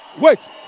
wait